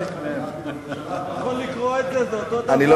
אני לא